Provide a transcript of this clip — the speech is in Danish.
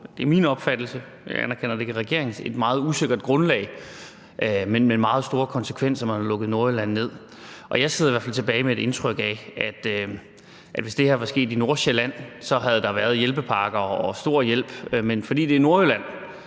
det er min opfattelse, og jeg anerkender, at det ikke er regeringens – et meget usikkert grundlag, men med meget store konsekvenser, at man har lukket Nordjylland ned. Jeg sidder i hvert fald tilbage med et indtryk af, at hvis det her var sket i Nordsjælland, havde der været hjælpepakker og stor hjælp, men fordi det er Nordjylland,